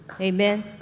Amen